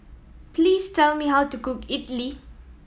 please tell me how to cook Idili